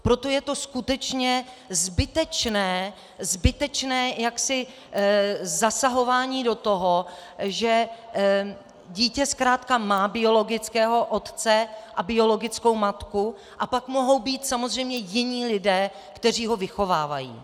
Proto je to skutečně zbytečné zasahování do toho, že dítě zkrátka má biologického otce a biologickou matku, a pak mohou být samozřejmě jiní lidé, kteří ho vychovávají.